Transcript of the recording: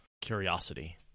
Curiosity